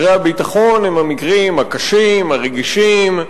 מקרי הביטחון הם המקרים הקשים, הרגישים,